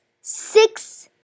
six